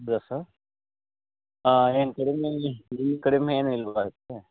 ಹೌದ ಸರ್ ಏನು ಕಡಿಮೆಗೆ ಕಡಿಮೆ ಏನು ಇಲ್ವಾ ಅದಕ್ಕೇ